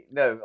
no